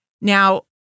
Now